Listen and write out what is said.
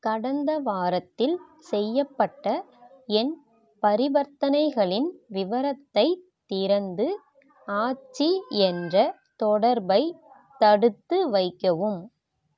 கடந்த வாரத்தில் செய்யப்பட்ட என் பரிவர்த்தனைகளின் விவரத்தைத் திறந்து ஆச்சி என்ற தொடர்பை தடுத்து வைக்கவும்